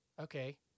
okay